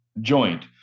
joint